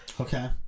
Okay